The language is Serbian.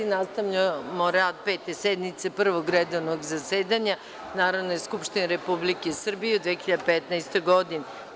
nastavljamo rad Pete sednice Prvog redovnog zasedanja Narodne skupštine Republike Srbije u 2015. godini.